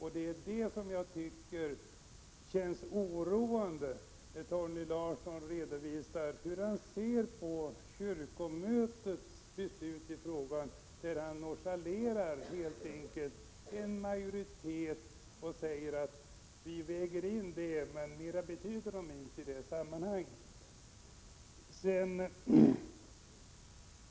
Torgny Larssons sätt att se på kyrkomötets beslut i frågan är oroande. Han nonchalerar helt enkelt en majoritet och säger att vi väger in den men mera betyder den inte i sammanhanget.